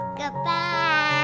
Goodbye